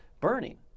burning